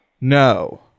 No